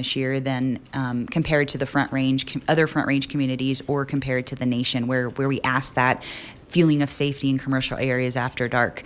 this year then compared to the front range can other front range communities or compared to the nation where where we ask that feeling of safety and commercial areas after dark